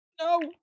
No